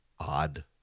Odd